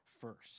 first